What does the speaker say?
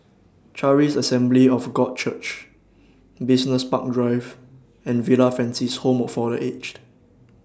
Charis Assembly of God Church Business Park Drive and Villa Francis Home For The Aged